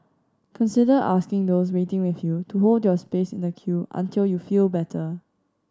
consider asking those waiting with you to hold your space in the queue until you feel better